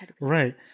right